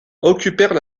occupèrent